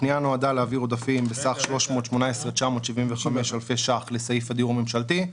הפנייה נועדה להעביר עודפים בסך 318,975 אלפי שח לסעיף הדיור הממשלתי.